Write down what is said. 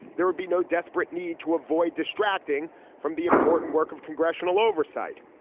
there would be no desperate need to avoid distracting from the important work of congressional oversight.